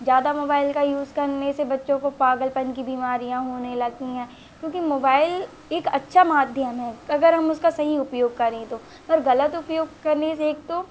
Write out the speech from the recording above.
ज़्यादा मोबाइल का यूज़ करने से बच्चों को पागलपन की बीमारियाँ होने लगी हैं क्योंकि मोबाइल एक अच्छा माध्यम है अगर हम उसका सही उपयोग करें तो और गलत उपयोग करने से तो